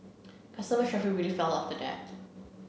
customer traffic really fell after that